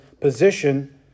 position